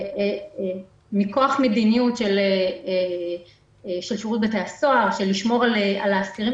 מכוח מדיניות של שירות בתי הסוהר לשמירה על האסירים.